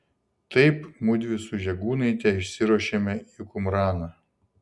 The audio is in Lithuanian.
taip mudvi su žegūnaite išsiruošėme į kumraną